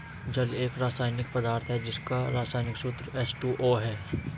जल एक रसायनिक पदार्थ है जिसका रसायनिक सूत्र एच.टू.ओ है